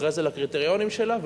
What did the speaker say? אחרי זה לקריטריונים שלה,